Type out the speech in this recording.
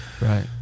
Right